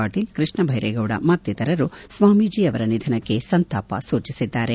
ಪಾಟೀಲ್ ಕೃಷ್ಣ ಬೈರೇಗೌಡ ಮತ್ತಿತರರು ಸ್ವಾಮೀಜಿ ಅವರ ನಿಧನಕ್ಕೆ ಸಂತಾಪ ಸೂಚಿಸಿದ್ದಾರೆ